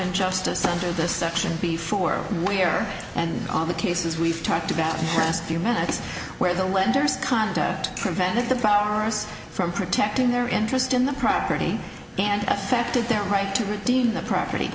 in justice under this section before where and all the cases we've talked about the last few minutes where the lenders contact prevented the powers from protecting their interest in the property and affected their right to redeem the property